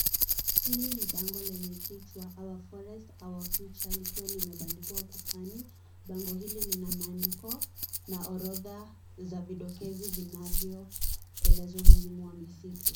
Hili ni bango lenye kichwa our forests our future likiwa limebandikwa ukutani. Bango hili lina maandiko na orodha za idokezi vinavoeleza umuhimu wa misitu.